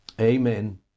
Amen